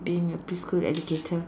being a preschool educator